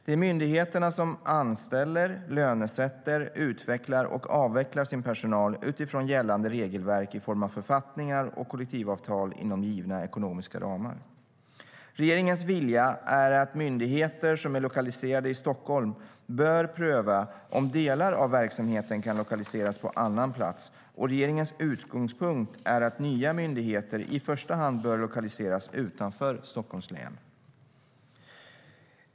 Det är myndigheterna som anställer, lönesätter, utvecklar och avvecklar sin personal utifrån gällande regelverk i form av författningar och kollektivavtal inom givna ekonomiska ramar. Regeringens vilja är att myndigheter som är lokaliserade i Stockholm bör pröva om delar av verksamheten kan lokaliseras på annan plats. Regeringens utgångspunkt är att nya myndigheter i första hand bör lokaliseras utanför Stockholms län.